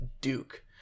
Duke